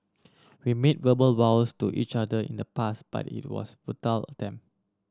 we made verbal vows to each other in the pass but it was futile attempt